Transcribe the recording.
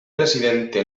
presidente